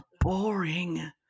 boring